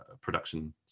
production